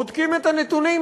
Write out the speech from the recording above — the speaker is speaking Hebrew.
בודקים את הנתונים,